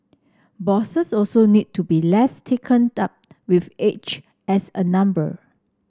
bosses also need to be less taken up with age as a number